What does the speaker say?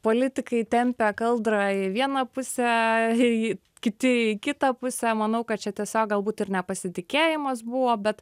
politikai tempia kaldrą į vieną pusę ji kiti kitą pusę manau kad čia tiesiog galbūt ir nepasitikėjimas buvo be